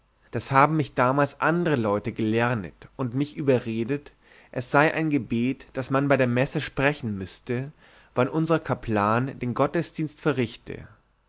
das haben mich damals andere leute gelernet und mich überredet es sei ein gebet das man bei der messe sprechen müßte wann unser kaplan den gottesdienst verrichte